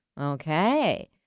okay